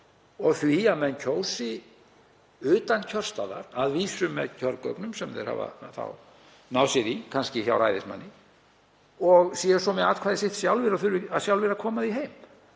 og því að menn kjósi utan kjörstaðar, að vísu með kjörgögnum sem þeir hafa þá náð sér í kannski hjá ræðismanni og séu svo með atkvæði sitt sjálfir og þurfi sjálfir að koma því heim?